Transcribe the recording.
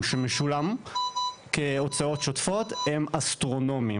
שמשולם כהוצאות שוטפות הם אסטרונומיים.